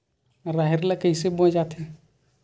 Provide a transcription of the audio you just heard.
राहेर ल कइसे बोय जाथे?